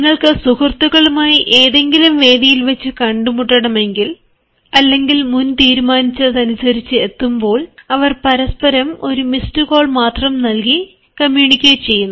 നിങ്ങക്ക് സുഹൃത്തുക്കളുമായി ഏതെങ്കിലും വേദിയിൽ വെച്ചു കണ്ടുമുട്ടണമെങ്കിൽ അല്ലെങ്കിൽ മുൻതീരുമാനിച്ചതനുസരിച് എത്തുമ്പോൾ അവർ പരസ്പരം ഒരു മിസ്ഡ് കോൾ മാത്രം നൽകി കമ്മ്യൂണിക്കേറ്റ് ചെയ്യുന്നു